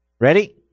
Ready